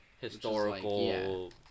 Historical